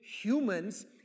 humans